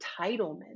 entitlement